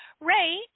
Ray